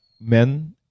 men